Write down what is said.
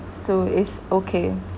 so is okay